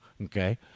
Okay